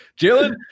Jalen